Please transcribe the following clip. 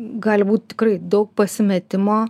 gali būt tikrai daug pasimetimo